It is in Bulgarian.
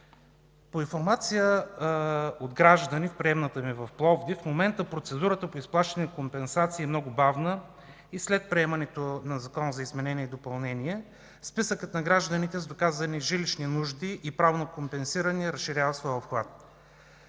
По информация от граждани в приемната ми в Пловдив в момента процедурата по изплащане на компенсации е много бавна и след приемането на Закона за изменение и допълнение на Закона списъкът на гражданите с доказани жилищни нужди и право на компенсиране разшири своя обхват.